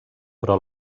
però